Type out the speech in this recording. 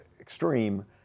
extreme